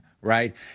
right